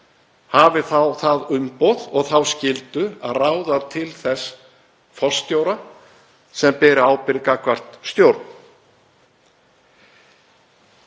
hafi þá það umboð og þá skyldu að ráða til þess forstjóra sem beri ábyrgð gagnvart stjórn.